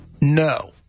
No